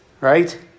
right